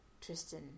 Tristan